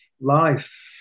life